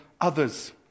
others